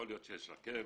יכול להיות שיש רכבת,